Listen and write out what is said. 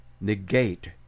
negate